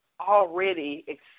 already